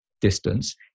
distance